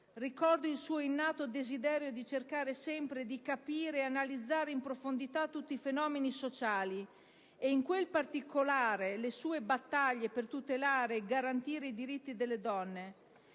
Ricordo il suo innato desiderio di cercare sempre di capire e di analizzare in profondità tutti i fenomeni sociali e, in particolare, le sue battaglie per tutelare e garantire i diritti delle donne;